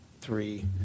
three